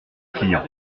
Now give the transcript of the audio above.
client